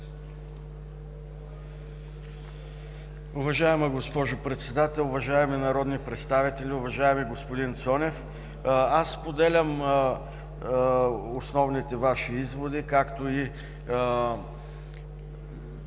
Уважаема госпожо Председател, уважаеми народни представители! Уважаеми господин Цонев, аз споделям Вашите основни изводи, както и